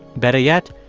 better yet,